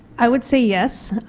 i would say yes.